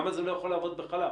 למה זה לא יכול לעבוד בחלב?